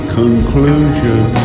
conclusion